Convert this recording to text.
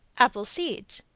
apple-seeds.